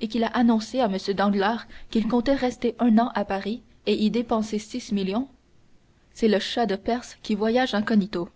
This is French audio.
et qu'il a annoncé à m danglars qu'il comptait rester un an à paris et y dépenser six millions c'est le schah de perse qui voyage incognito